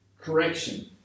correction